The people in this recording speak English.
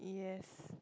yes